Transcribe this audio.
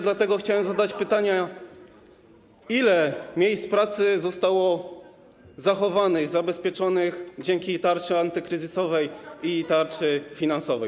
Dlatego chciałem zadać pytanie: Ile miejsc pracy zostało zachowanych, zabezpieczonych dzięki tarczy antykryzysowej i tarczy finansowej?